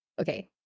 okay